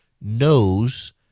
knows